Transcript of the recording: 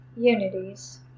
unities